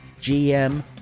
GM